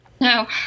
No